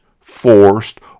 forced